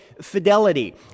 fidelity